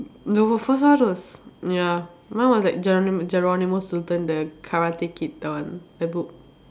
no first one was ya mine was like Geronimo Geronimo Stilton the karate kid that one that book